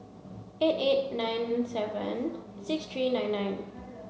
eight eight nine seven six three nine nine